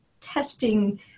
testing